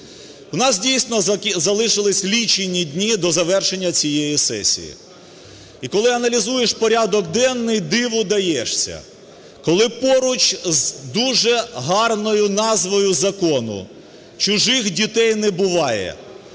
У нас, дійсно, залишились лічені дні до завершення цієї сесії. І коли аналізуєш порядок денний, диву даєшся, коли поруч з дуже гарною назвою закону, чужих дітей не буває,